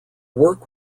work